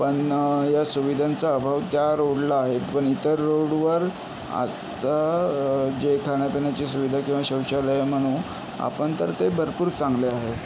पण ह्या सुविधांचा अभाव त्या रोडला आहे पण इतर रोडवर आत्ता जे खाण्या पिण्याचे सुविधा किंवा शौचालयं म्हणू आपण तर ते भरपूर चांगले आहे